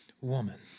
woman